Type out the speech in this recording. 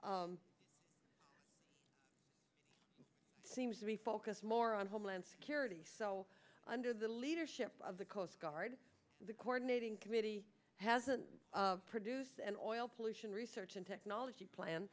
seems to be focused more on homeland security so under the leadership of the coast guard the coordinating committee hasn't produced an oil pollution research and technology plan